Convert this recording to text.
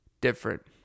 different